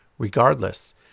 Regardless